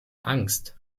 angst